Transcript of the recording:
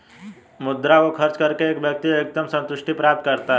मुद्रा को खर्च करके एक व्यक्ति अधिकतम सन्तुष्टि प्राप्त करता है